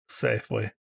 safely